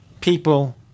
people